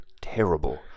terrible